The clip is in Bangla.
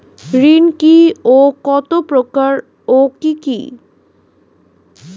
ঋণ কি ও কত প্রকার ও কি কি?